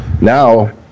Now